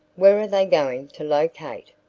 where are they going to locate?